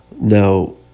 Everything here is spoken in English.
now